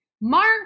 Mark